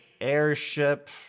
airship